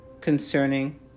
concerning